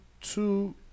two